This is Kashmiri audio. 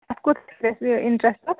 اَتھ کوتاہ گژھِ اِنٹرٛسٹ اَتھ